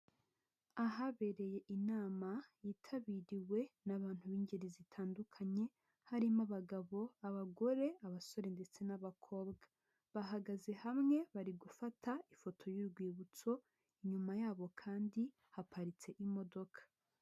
Ahabereye inama yitabiriwe n'abantu b'ingeri zitandukanye, harimo abagabo, abagore, abasore ndetse n'abakobwa, bahagaze hamwe bari gufata ifoto y'urwibutso, inyuma yabo kandi haparitse imodoka.